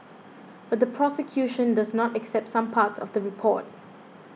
but the prosecution does not accept some parts of the report